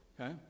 okay